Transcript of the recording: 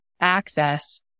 access